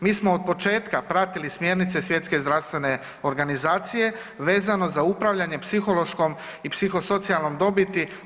Mi smo od početka pratili smjernice Svjetske zdravstvene organizacije vezano za upravljanje psihološkom i psihosocijalnom dobiti.